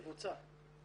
יבוצע.